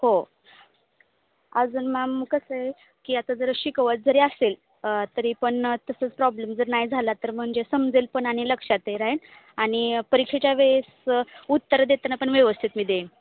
हो अजून मॅम कसं आहे की आता जर शिकवत जरी असेल तरी पण तसंच प्रॉब्लेम जर नाही झाला तर म्हणजे समजेल पण आणि लक्षातही राहील आणि परीक्षेच्या वेळेस उत्तर देताना पण व्यवस्थित मी देईन